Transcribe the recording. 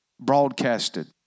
broadcasted